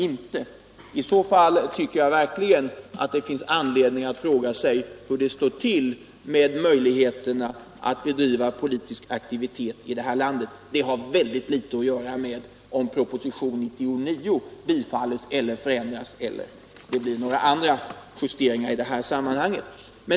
I så fall tycker jag verkligen att det finns anledning fråga sig hur det står till med möjligheterna att bedriva politisk aktivitet i det här landet! Detta har föga att göra med om proposition 99 bifalles i befintligt skick eller förändras.